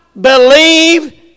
believe